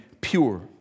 pure